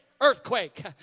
earthquake